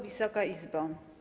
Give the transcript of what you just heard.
Wysoka Izbo!